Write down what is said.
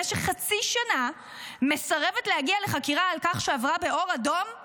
במשך חצי שנה מסרבת להגיע לחקירה על כך שעברה באור אדום טוב